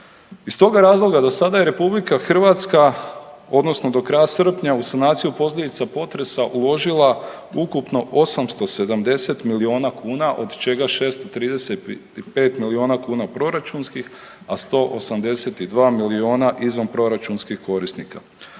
Iz toga razloga do sada je RH odnosno do kraja srpnja u sanaciju posljedica potresa uložila ukupno 870 miliona kuna od čega 635 miliona kuna proračunskih, a 182 miliona izvanproračunskih korisnika.